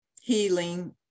healing